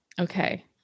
Okay